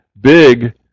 big